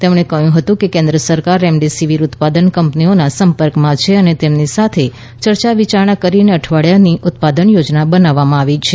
તેમણે કહ્યું હતું કે કેન્દ્ર સરકાર રેમડેસીવીર ઉત્પાદન કંપનીઓના સંપર્કમાં છે અને તેમની સાથે ચર્ચા વિચારણા કરીને અઠવાડિયાની ઉત્પાદન યોજના બનાવવામાં આવી છે